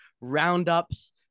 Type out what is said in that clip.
roundups